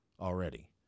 already